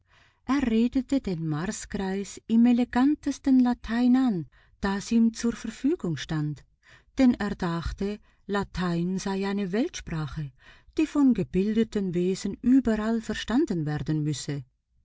er redete den marsgreis im elegantesten latein an das ihm zur verfügung stand denn er dachte latein sei eine weltsprache die von gebildeten wesen überall verstanden werden müsse